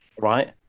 right